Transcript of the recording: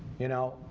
you know.